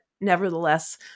nevertheless